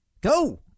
Go